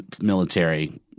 military